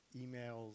emails